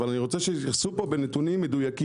אבל אני רוצה שיתייחסו פה בנתונים מדויקים,